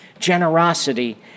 generosity